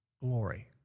glory